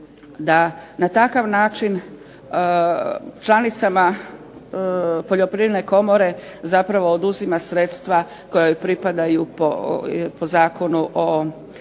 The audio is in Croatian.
na takav način članicama Poljoprivredne komore zapravo oduzima sredstva koja joj pripadaju po Zakonu o